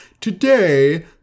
Today